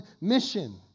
mission